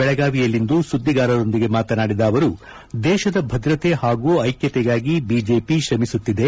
ಬೆಳಗಾವಿಯಲ್ಲಿಂದು ಸುದ್ದಿಗಾರರೊಂದಿಗೆ ಮಾತನಾಡಿದ ಅವರು ದೇಶದ ಭದ್ರತೆ ಹಾಗೂ ಐಕ್ಷತೆಗಾಗಿ ಬಿಜೆಪಿ ಶ್ರಮಿಸುತ್ತಿದೆ